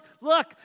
look